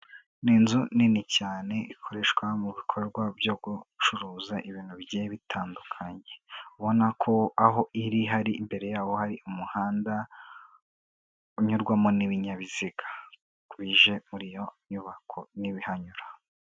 Ni inzu nini cyane ikoreshwa mu bikorwa byo gucuruza ibintu bigiye bitandukanye, ubona ko aho iri hari imbere yaho hari umuhanda unyurwamo n'ibinyabiziga bije muri iyo nyubako n'ibihanyura.